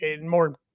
more